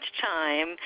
time